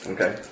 Okay